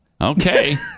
Okay